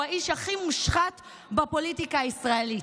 האיש הכי מושחת בפוליטיקה הישראלית.